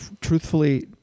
truthfully